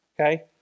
okay